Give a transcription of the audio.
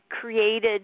created